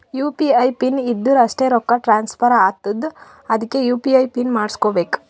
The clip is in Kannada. ಯು ಪಿ ಐ ಪಿನ್ ಇದ್ದುರ್ ಅಷ್ಟೇ ರೊಕ್ಕಾ ಟ್ರಾನ್ಸ್ಫರ್ ಆತ್ತುದ್ ಅದ್ಕೇ ಯು.ಪಿ.ಐ ಪಿನ್ ಮಾಡುಸ್ಕೊಬೇಕ್